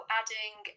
adding